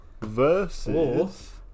versus